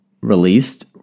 released